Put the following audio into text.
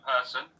person